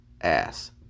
ass